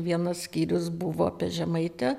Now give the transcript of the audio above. vienas skyrius buvo apie žemaitę